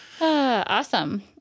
awesome